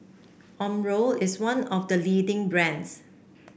Omron is one of the leading brands